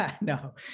no